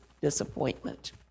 disappointment